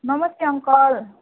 नमस्ते अङ्कल